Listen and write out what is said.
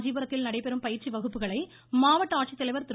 காஞ்சிபுரத்தில் நடைபெறும் பயிற்சி வகுப்புகளை மாவட்ட ஆட்சித்தலைவா் திரு